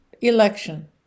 election